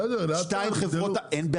בסדר, לאט לאט יגדלו.